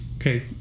Okay